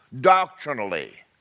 doctrinally